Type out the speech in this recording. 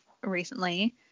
recently